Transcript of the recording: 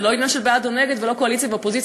זה לא עניין של בעד או נגד ולא קואליציה ואופוזיציה.